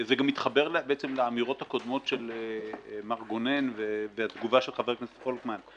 זה גם מתחבר לאמירות הקודמות של מר גונן והתגובה של חבר הכנסת פולקמן.